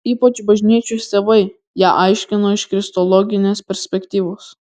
ypač bažnyčios tėvai ją aiškino iš kristologinės perspektyvos